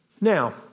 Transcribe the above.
Now